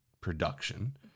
production